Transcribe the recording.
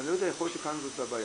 ולא יודע, יכול להיות שכאן זו בעיה.